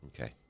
Okay